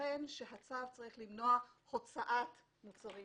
יתכן שהצו צריך למנוע הוצאת מוצרים